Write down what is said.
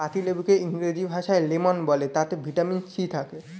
পাতিলেবুকে ইংরেজি ভাষায় লেমন বলে তাতে ভিটামিন সি থাকে